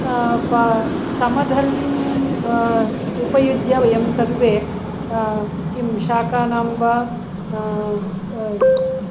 समदर्वीम् उपयुज्य वयं सर्वे किं शाकानां वा